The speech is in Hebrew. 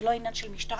זה לא עניין של משטרה,